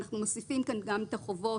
אנחנו מוסיפים כאן גם את החובות,